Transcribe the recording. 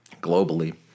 Globally